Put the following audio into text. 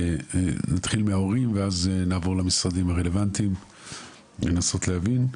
נתחיל מההורים ואז נעבור למשרדים הרלוונטיים לנסות להבין.